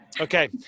okay